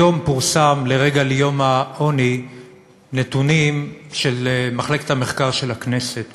לרגל יום העוני פורסמו היום נתונים של מחלקת המחקר של הכנסת,